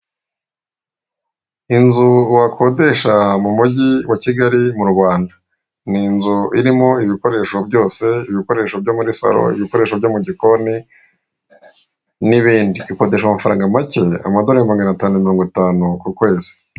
Inzu wakodesha mu mujyi wa Kigali mu Rwanda ni inzu irimo ibikoresho byose ibikoresho byo muri salo, ibikoresho byo mu gikoni n'ibindi ikodeshwa amafaranga make amadorari maganatanu na mirongo itanu ku kwezi.